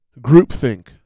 Groupthink